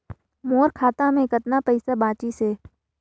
मोर खाता मे कतना पइसा बाचिस हे?